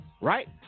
right